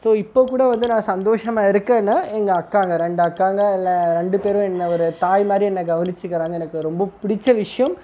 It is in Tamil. ஸோ இப்போ கூட வந்து நான் சந்தோஷமாக இருக்கேனா எங்கள் அக்காங்க ரெண்டு அக்காங்க எல்லா ரெண்டு பேரும் என்ன ஒரு தாய் மாதிரி என்ன கவனிச்சுக்கிறாங்க எனக்கு ரொம்ப பிடிச்ச விஷயம்